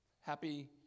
Happy